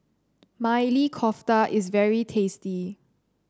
Maili Kofta is very tasty